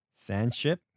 Sandship